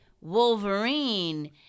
Wolverine